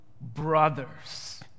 brothers